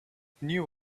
knew